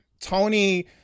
tony